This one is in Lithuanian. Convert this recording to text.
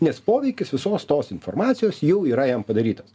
nes poveikis visos tos informacijos jau yra jam padarytas